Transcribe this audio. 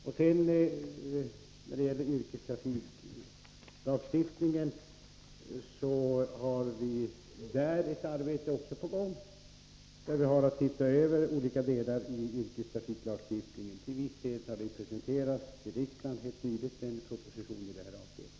När det sedan gäller yrkestrafiklagstiftningen så har vi också där på gång ett arbete med att se över olika delar i denna lagstiftning. Till viss del har en proposition i detta avseende helt nyligen presenterats för riksdagen.